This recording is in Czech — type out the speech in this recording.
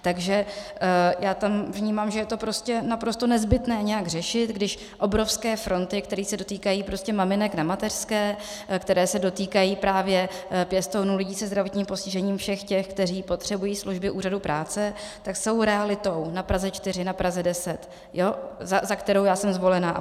Takže já vnímám, že je to prostě naprosto nezbytné nějak řešit, když obrovské fronty, které se dotýkají maminek na mateřské, které se dotýkají právě pěstounů, lidí se zdravotním postižením, všech těch, kteří potřebují služby úřadů práce, tak jsou realitou, na Praze 4, na Praze 10, za kterou já jsem zvolena.